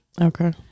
Okay